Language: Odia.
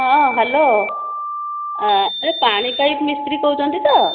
ହଁ ହ୍ୟାଲୋ ଏ ପାଣି ପାଇପ୍ ମିସ୍ତ୍ରୀ କହୁଛନ୍ତି ତ